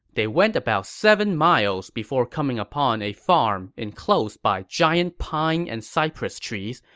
they went about seven miles before coming upon a farm enclosed by giant pine and cypress trees,